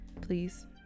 Please